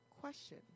Question